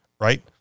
Right